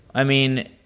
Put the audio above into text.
i mean,